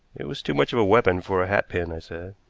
it was too much of a weapon for a hatpin, i said.